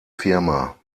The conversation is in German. firma